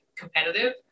competitive